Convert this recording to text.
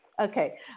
Okay